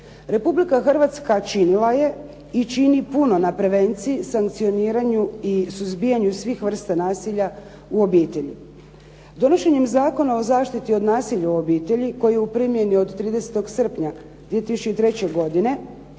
Republika Hrvatska činila je i čini puno na prevenciji, sankcioniranju i suzbijanju svih vrsta nasilja u obitelji. Donošenjem zakona o zaštiti od nasilja u obitelji koju u primjeni od 30. srpnja 2003. godine